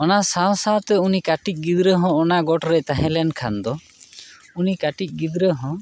ᱚᱱᱟ ᱥᱟᱶ ᱥᱟᱶᱛᱮ ᱩᱱᱤ ᱠᱟᱹᱴᱤᱡ ᱜᱤᱫᱽᱨᱟᱹ ᱦᱚᱸ ᱚᱱᱟ ᱜᱚᱴ ᱨᱮᱭ ᱛᱟᱦᱮᱸ ᱞᱮᱱ ᱠᱷᱟᱱ ᱫᱚ ᱩᱱᱤ ᱠᱟᱹᱴᱤᱡ ᱜᱤᱫᱽᱨᱟᱹ ᱦᱚᱸ